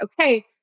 okay